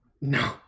No